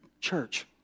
Church